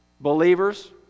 Believers